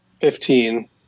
fifteen